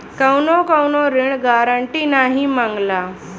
कउनो कउनो ऋण गारन्टी नाही मांगला